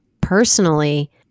personally